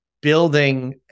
building